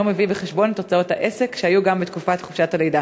מביא בחשבון את הוצאות העסק שהיו גם בתקופת חופשת הלידה.